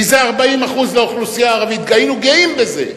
מזה 40% לאוכלוסייה הערבית, היינו גאים בזה,